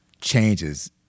changes